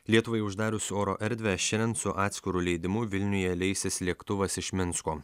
lietuvai uždarius oro erdvę šiandien su atskiru leidimu vilniuje leisis lėktuvas iš minsko